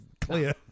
clear